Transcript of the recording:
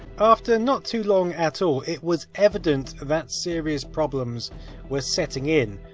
after not too long at all, it was evident, that serious problems were setting in.